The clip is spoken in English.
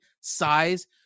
size